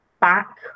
back